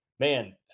man